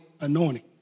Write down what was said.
anointing